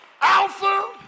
Alpha